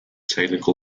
technical